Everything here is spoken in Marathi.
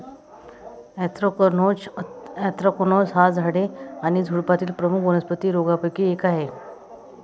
अँथ्रॅकनोज अँथ्रॅकनोज हा झाडे आणि झुडुपांमधील प्रमुख वनस्पती रोगांपैकी एक आहे